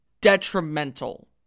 detrimental